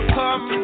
come